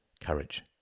courage